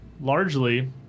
largely